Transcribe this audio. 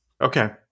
Okay